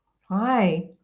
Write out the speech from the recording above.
Hi